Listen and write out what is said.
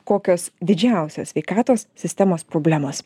kokios didžiausios sveikatos sistemos problemos